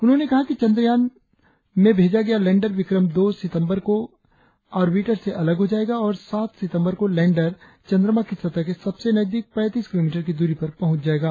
उन्होंने कहा कि चंद्रयान में भेजा गया लैंडर विक्रम दो सितम्बर को ऑरबिटर से अलग हो जायेगा और सात सितंबर को लैंडर चंद्रमा की सतह के सबसे नजदीक पैतीस किलोमीटर की दूरी पर पहुंच जायेगा